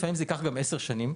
לפעמים זה ייקח גם עשר שנים.